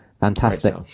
fantastic